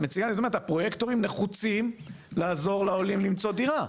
הפרויקטורים נחוצים לעזור לעולים למצוא דירה.